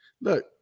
look